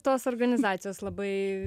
tos organizacijos labai